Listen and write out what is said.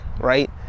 right